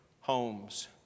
homes